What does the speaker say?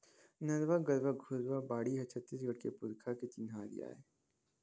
नरूवा, गरूवा, घुरूवा, बाड़ी ह छत्तीसगढ़ के पुरखा के चिन्हारी आय